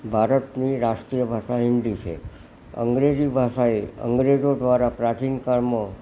ભારતની રાષ્ટ્રીય ભાષા હિન્દી છે અંગ્રેજી ભાષા એ અંગ્રેજો દ્વારા પ્રાચીન કાળમાં